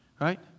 right